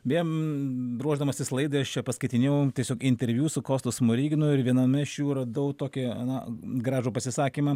beje ruošdamasis laidai aš čia paskaitinėjau tiesiog interviu su kostu smoriginu ir viename iš jų radau tokį na gražų pasisakymą